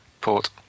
port